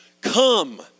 come